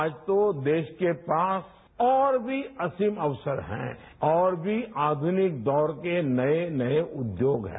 आज तो देश के पास और भी असीम अवसर हैं और भी आधुनिक दौर के नए उद्योग हैं